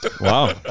Wow